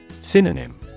Synonym